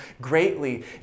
greatly